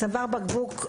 עם צוואר בקבוק מופרע.